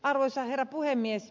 arvoisa herra puhemies